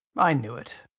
i knew it!